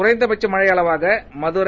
குறைந்தபட்ச மழை அளவாக மதுரை